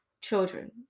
children